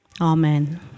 Amen